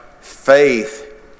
faith